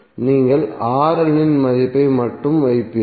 நீங்கள் இன் மதிப்பை மட்டும் வைப்பீர்கள்